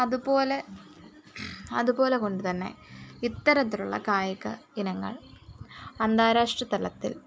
അതുപോലെ അതുപോലെ കൊണ്ട് തന്നെ ഇത്തരത്തിലുള്ള കായിക ഇനങ്ങൾ അന്താരാഷ്ട്രതലത്തിൽ